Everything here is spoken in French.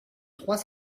trois